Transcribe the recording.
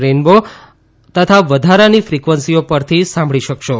rainbow તથા વધારાની ફિક્વન્સીઓ પરથી સાંભળી શકશો